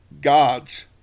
gods